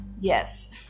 yes